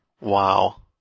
Wow